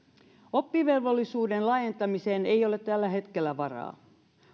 oppivelvollisuuden laajentamiseen ei ole tällä hetkellä varaa